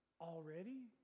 already